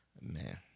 Man